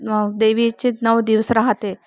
देवीचे नऊ दिवस राहाते